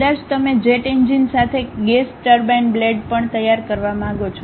કદાચ તમે jet engine સાથે ગેસ ટર્બાઇન બ્લેડ પણ તૈયાર કરવા માંગો છો